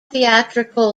theatrical